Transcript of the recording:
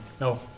No